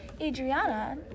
Adriana